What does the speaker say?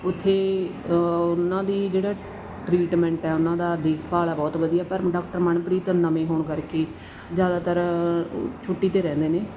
ਉੇੱਥੇ ਉਹਨਾਂ ਦਾ ਜਿਹੜਾ ਟਰੀਟਮੈਂਟ ਹੈ ਉਹਨਾਂ ਦਾ ਦੇਖਭਾਲ ਆ ਬਹੁਤ ਵਧੀਆ ਪਰ ਡਾਕਟਰ ਮਨਪ੍ਰੀਤ ਨਵੇਂ ਹੋਣ ਕਰਕੇ ਜ਼ਿਆਦਾਤਰ ਛੁੱਟੀ 'ਤੇ ਰਹਿੰਦੇ ਨੇ